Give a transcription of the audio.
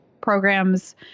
programs